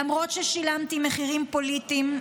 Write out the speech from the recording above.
למרות ששילמתי מחירים פוליטיים,